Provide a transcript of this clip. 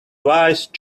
wise